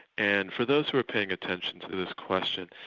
and for those who were paying attention to this question,